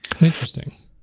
interesting